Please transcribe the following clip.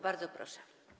Bardzo proszę.